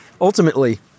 ultimately